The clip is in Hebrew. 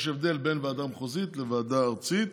יש הבדל בין ועדה מחוזית לוועדה ארצית